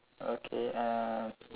okay uh